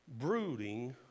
brooding